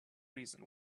reason